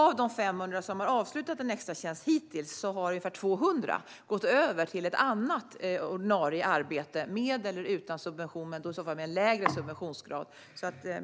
Av de 500 som hittills har avslutat en extratjänst har ungefär 200 gått över till ett annat, ordinarie, arbete, med eller utan subvention men i så fall med en lägre subventionsgrad.